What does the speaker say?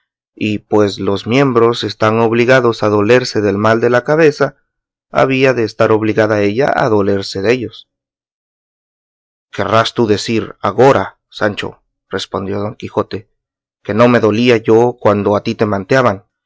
y pues los miembros están obligados a dolerse del mal de la cabeza había de estar obligada ella a dolerse dellos querrás tú decir agora sancho respondió don quijote que no me dolía yo cuando a ti te manteaban